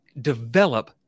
develop